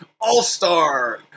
all-star